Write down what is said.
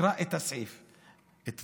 תקרא את חוק הלאום.